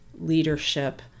leadership